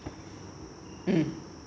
mmhmm